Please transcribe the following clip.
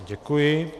Děkuji.